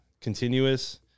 continuous